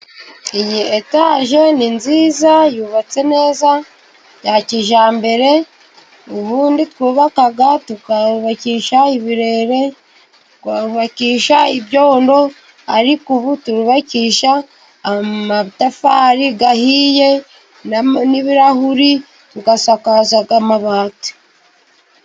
Iyi etaje ni nziza yubatse neza bya kijyambere. Ubundi twubakaga tukubakisha ibirere, tukubakisha ibyondo ariko ubu twubakisha amatafari ahiye n'ibirahuri tugasakaza amabati.